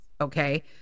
Okay